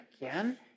again